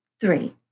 three